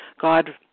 God